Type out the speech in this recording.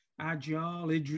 agile